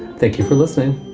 thank you for listening